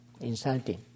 insulting